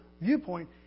viewpoint